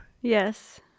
Yes